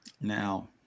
Now